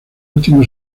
último